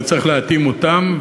וצריך להתאים אותן,